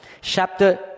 chapter